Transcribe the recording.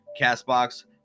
CastBox